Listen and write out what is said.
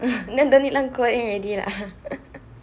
then don't need learn coding already lah